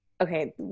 Okay